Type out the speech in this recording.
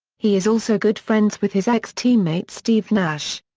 he is also good friends with his ex-teammate steve nash.